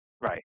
Right